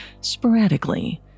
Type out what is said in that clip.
sporadically